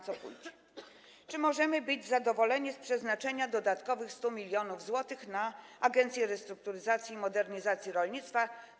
Czy możemy być zadowoleni z przeznaczenia dodatkowych 100 mln zł na Agencję Restrukturyzacji i Modernizacji Rolnictwa?